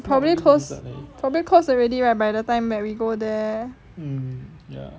probably close probably close already right by the time that we go there